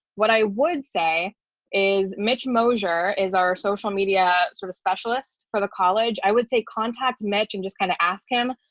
what i would say is mitch mosher is our social media sort of specialist for the college i would say contact match and just kind of ask him,